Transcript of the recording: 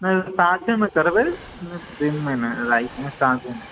नहि साँझेमे करबै दिनमे नहि राति साँझेमे